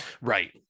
Right